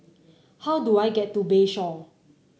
how do I get to Bayshore